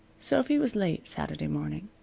sophy was late saturday morning.